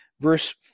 Verse